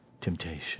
temptation